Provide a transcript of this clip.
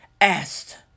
asked